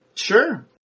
Sure